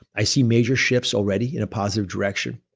i see major shifts already in a positive direction.